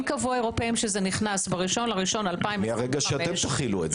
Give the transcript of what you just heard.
אם קבעו האירופאים שזה נכנס- -- מרגע שאתם תחילו את זה.